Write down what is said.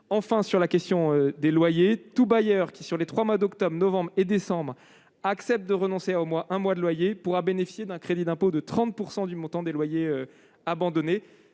Enfin, sur la question des loyers, tout bailleur qui, sur les trois mois d'octobre, novembre et décembre, accepte de renoncer à au moins un mois de loyer, pourra bénéficier d'un crédit d'impôt de 30 % du montant des loyers abandonnés.